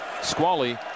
Squally